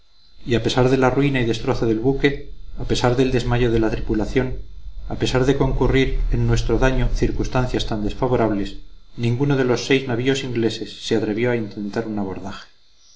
y a pesar de la ruina y destrozo del buque a pesar del desmayo de la tripulación a pesar de concurrir en nuestro daño circunstancias tan desfavorables ninguno de los seis navíos ingleses se atrevió a intentar un abordaje